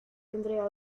entrega